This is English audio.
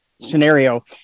scenario